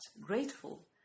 grateful